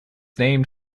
named